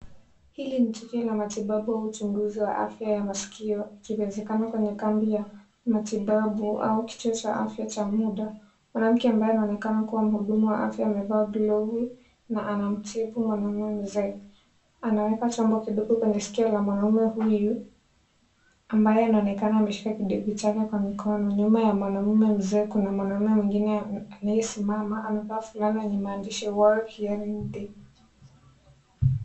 Hili ni tukio la matibabu au uchunguzi wa afya ya maskio ikiwezekana kwenye kambi ya matibabu au kituo cha afya cha muda . Mwanamke ambaye anaonekana kwa mhudumu wa afya amevaa glovu na anamtibu mwanaume mzee . Anaweka chombo kidogo kwenye sikio la mwanaume huyu ambaye anaonekana ameshika kidevu chake kwa mikono . Nyuma ya mwanaume mzee kuna mwanaume mwingine anayesimama anavaa fulana yenye maandishi world hearing day .